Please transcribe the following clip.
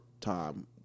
time